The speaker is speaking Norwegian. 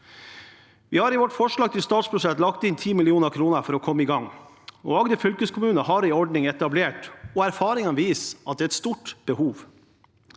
Vi har i vårt forslag til statsbudsjett lagt inn 10 mill. kr for å komme i gang. Agder fylkeskommune har en ordning etablert, og erfaringene viser at det er et stort behov.